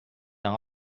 d’un